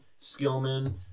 Skillman